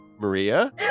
Maria